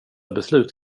beslut